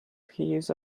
hears